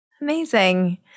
Amazing